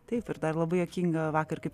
taip ir dar labai juokinga vakar kaip